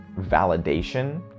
validation